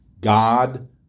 God